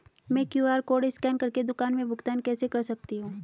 मैं QR code scan कर के दुकान में भुगतान कैसे कर सकती हूँ?